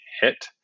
hit